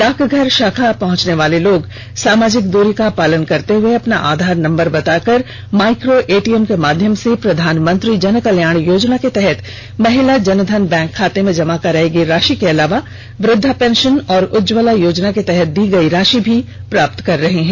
डाकघर शाखा पहंचने वाले लोग सामाजिक द्री का पालन करते हुए अपना आधार नम्बर बताकर माइको ए टी एम के माध्यम से प्रधानमंत्री जनकल्याण योजना के तहत महिला जनधन बैंक खाते में जमा करायी गयी राषि के अलावा वृद्वा पेंषन और उज्ज्वला योजना के तहत दी गयी राषि प्राप्त कर रहे हैं